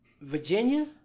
Virginia